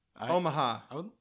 Omaha